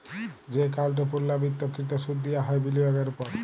যে একাউল্টে পুর্লাবৃত্ত কৃত সুদ দিয়া হ্যয় বিলিয়গের উপর